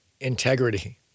integrity